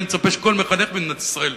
ואני מצפה שכל מחנך במדינת ישראל